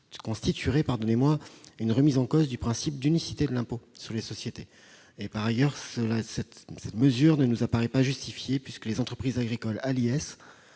constituerait une remise en cause du principe d'unicité de l'impôt sur les sociétés. Par ailleurs, cette mesure ne nous paraît pas justifiée, car les entreprises agricoles